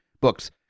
books